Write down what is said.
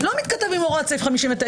לא מתכתב עם הוראת סעיף 59,